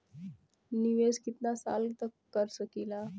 निवेश कितना साल तक कर सकीला?